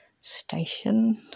station